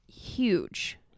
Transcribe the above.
huge